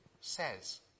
says